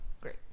Great